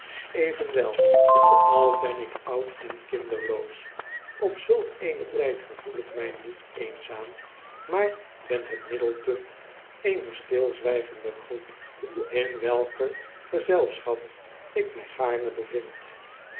evenwel al ben ik oud en kinderloos op zulk eenen tijd gevoel ik mij niet eenzaam maar ben het middelpunt eener stilzwijgende groep in welker gezelschap ik mij gaarne bevind